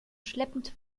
schleppend